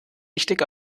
richtig